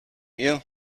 you